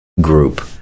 group